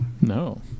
No